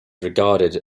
regarded